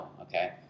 okay